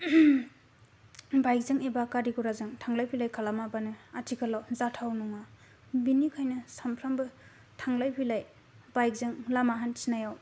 बाइकजों एबा गार घराजों थांलाय फैलाय खालामाबानो आथिकाल आव जाथाउवा नङा बेनिखायनो सामफ्रामबो थांलाय फैलाय बाइकजों लामा हान्थिनायाव